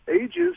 Ages